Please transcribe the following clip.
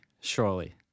surely